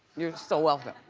you're sill welcome?